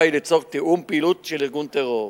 היא לצורך תיאום פעילות של ארגון טרור.